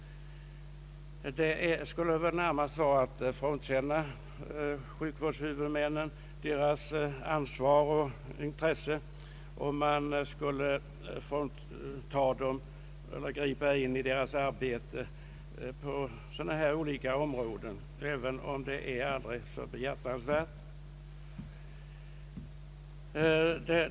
Det skulle väl närmast vara att frånkänna sjukvårdshuvudmännen deras ansvar och intresse om riksdagen nu skulle gripa in i deras arbete på olika områden även om de framförda önskemålen är behjärtansvärda.